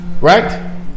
Right